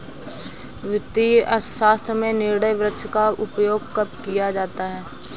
वित्तीय अर्थशास्त्र में निर्णय वृक्ष का उपयोग कब किया जाता है?